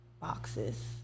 Boxes